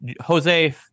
Jose